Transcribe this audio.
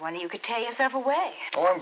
one you could tell yourself away or